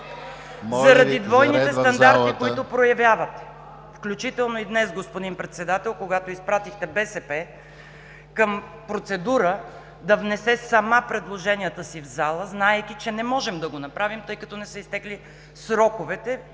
заради двойните стандарти, които проявявате, включително и днес, господин Председател, когато изпратихте БСП към процедура да внесе сама предложенията си в зала, знаейки, че не можем да го направим, тъй като не са изтекли сроковете,